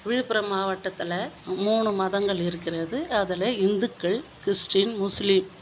விழுப்புரம் மாவட்டத்தில் மூணு மதங்கள் இருக்கின்றது அதில் இந்துக்கள் கிறிஸ்டீன் முஸ்லீம்